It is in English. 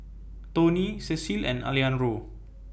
Toney Cecil and Alexandro